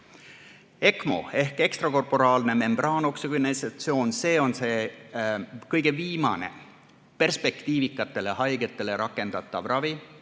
ECMO ehk ekstrakorporaalne membraanoksügenatsioon on see kõige viimane perspektiivikatele haigetele rakendatav ravi.